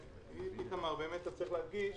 באמת צריך להדגיש